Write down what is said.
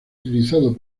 utilizado